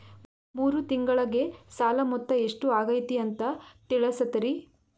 ಮೂರು ತಿಂಗಳಗೆ ಸಾಲ ಮೊತ್ತ ಎಷ್ಟು ಆಗೈತಿ ಅಂತ ತಿಳಸತಿರಿ?